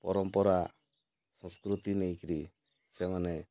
ପରମ୍ପରା ସଂସ୍କୃତି ନେଇକରି ସେମାନେ